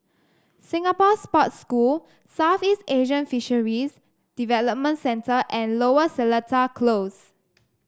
Singapore Sports School Southeast Asian Fisheries Development Centre and Lower Seletar Close